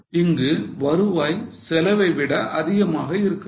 இங்கு வருவாய் செலவை விட அதிகமாக இருக்கிறது